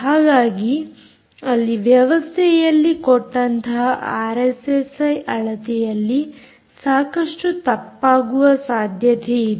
ಹಾಗಾಗಿ ಅಲ್ಲಿ ವ್ಯವಸ್ಥೆಯಲ್ಲಿ ಕೊಟ್ಟಂತಹ ಆರ್ಎಸ್ಎಸ್ಐ ಅಳತೆಯಲ್ಲಿ ಸಾಕಷ್ಟು ತಪ್ಪಾಗುವ ಸಾಧ್ಯತೆಯಿದೆ